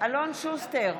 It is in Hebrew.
אלון שוסטר,